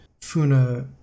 Funa